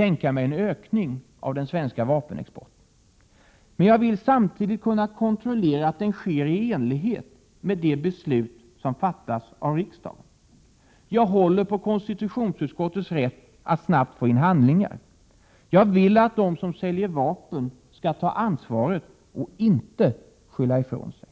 tänka mig en ökning av den svenska vapenexporten. Men jag vill samtidigt kunna kontrollera att den sker i enlighet med de beslut som fattats av riksdagen. Jag håller på konstitutionsutskottets rätt att snabbt få in handlingar. Jag vill att de som säljer vapen skall ta ansvaret och inte skylla ifrån sig.